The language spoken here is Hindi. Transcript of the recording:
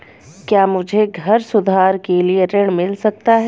क्या मुझे घर सुधार के लिए ऋण मिल सकता है?